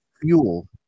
fuel